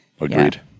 agreed